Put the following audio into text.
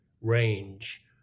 range